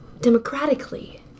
democratically